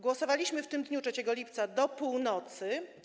Głosowaliśmy w tym dniu, 3 lipca, do północy.